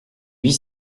huit